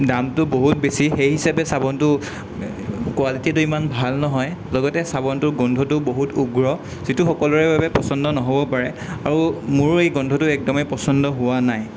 দামটো বহুত বেছি সেই হিচাপে চাবোনটোৰ কোৱালিটিটো ইমান ভাল নহয় লগতে চাবোনটোৰ গোন্ধটো বহুত উগ্ৰ যিটো সকলোৰে বাবে পচন্দ নহ'ব পাৰে আৰু মোৰো এই গোন্ধটো একদমেই পচন্দ হোৱা নাই